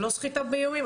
זה לא סחיטה באיומים?